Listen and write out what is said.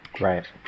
Right